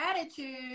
attitude